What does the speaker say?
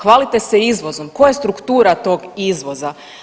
Hvalite se izvozom, koja je struktura tog izvoza?